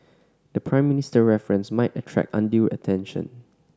the Prime Minister reference might attract undue attention